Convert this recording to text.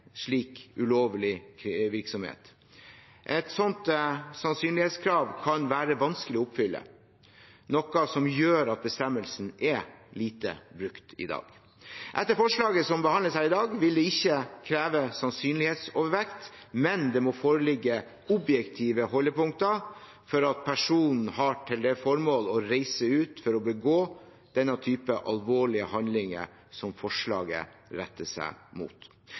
slik ulovlig virksomhet. Et slikt sannsynlighetskrav kan være vanskelig å oppfylle, noe som gjør at bestemmelsen er lite brukt i dag. Etter forslaget som behandles her i dag, vil det ikke kreves sannsynlighetsovervekt, men det må foreligge objektive holdepunkter for at personen har til formål å reise ut for å begå den typen alvorlige handlinger som forslaget retter seg mot.